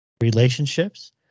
relationships